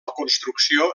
construcció